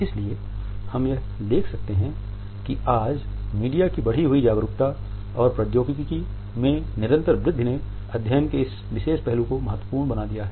इसलिए हम यह देख सकते हैं कि आज मीडिया की बढ़ी हुई जागरूकता और प्रौद्योगिकी में निरंतर वृद्धि ने अध्ययन के इस विशेष पहलू को महत्वपूर्ण बना दिया है